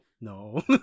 no